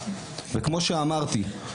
וכמו שאמרתי,